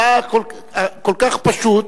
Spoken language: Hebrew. כל כך פשוט,